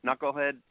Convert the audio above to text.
knucklehead